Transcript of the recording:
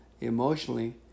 emotionally